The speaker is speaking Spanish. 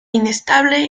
inestable